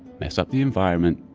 mess up the environment,